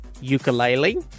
Ukulele